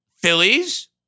Phillies